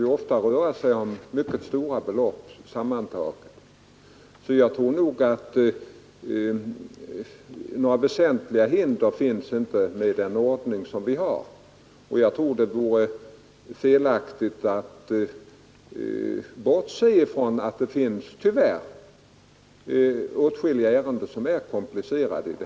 Några väsentliga olägen heter finns enligt min mening inte med den ordning som vi har, och jag tror det vore felaktigt att bortse från att det i detta sammanhang tyvärr gäller åtskilliga ärenden som är komplicerade.